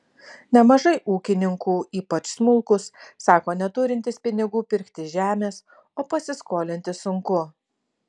nemažai ūkininkų ypač smulkūs sako neturintys pinigų pirkti žemės o pasiskolinti sunku